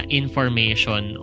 information